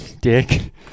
dick